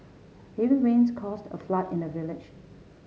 heavy rains caused a flood in the village